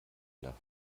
nach